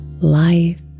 life